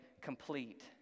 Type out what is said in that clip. complete